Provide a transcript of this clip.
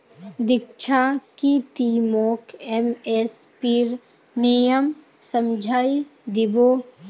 दीक्षा की ती मोक एम.एस.पीर नियम समझइ दी बो